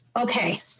Okay